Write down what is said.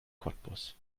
cottbus